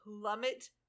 plummet